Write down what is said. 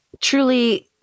Truly